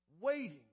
waiting